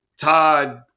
Todd